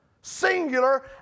singular